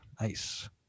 Nice